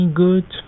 good